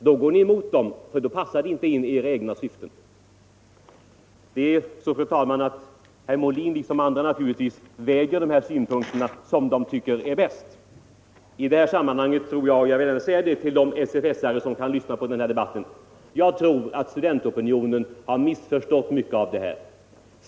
Då går ni emot studentkårerna, eftersom deras uppfattning inte passar era egna syften. Herr Molin, liksom givetvis även andra, väger dessa synpunkter på det sätt som de finner bäst. I detta sammanhang tror jag — jag vill gärna säga det till de SFS-are som kan lyssna till den här debatten — att studentopinionen missförstått mycket av detta.